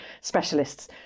Specialists